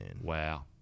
Wow